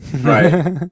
Right